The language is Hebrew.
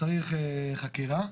צריך חקירה".